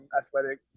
athletic